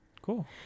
Cool